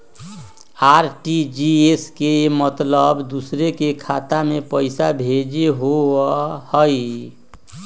RTGS के मतलब दूसरे के खाता में पईसा भेजे होअ हई?